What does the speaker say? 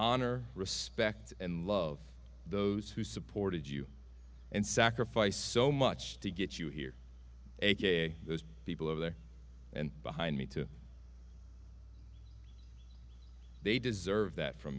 honor respect and love those who supported you and sacrificed so much to get you here aka those people over there and behind me to they deserve that from